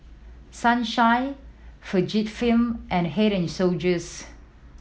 Sunshine Fujifilm and Head and Shoulders